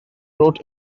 wrote